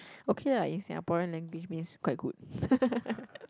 okay lah in Singaporean language means quite good